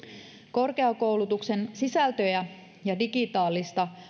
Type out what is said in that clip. korkeakoulutuksen sisältöjä ja digitaalista